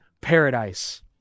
paradise